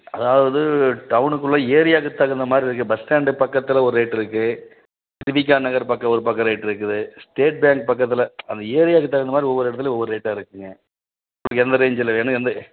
அதாவது டவுனுக்குள்ள ஏரியாக்கு தகுந்த மாதிரி இருக்குது பஸ் ஸ்டாண்டு பக்கத்தில் ஒரு ரேட் இருக்குது திவிகா நகர் பக்கம் ஒரு பக்கம் ரேட் இருக்குது ஸ்டேட் பேங்க் பக்கத்தில் அந்த ஏரியாக்கு தகுந்த மாதிரி ஒவ்வொரு இடத்துல ஒவ்வொரு ரேட்டாக இருக்குங்க உங்களுக்கு எந்த ரேஞ்சில வேணும் எந்த